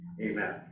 Amen